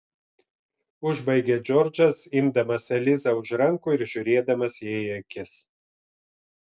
užbaigė džordžas imdamas elizą už rankų ir žiūrėdamas jai į akis